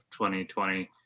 2020